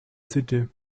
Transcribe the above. city